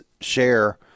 share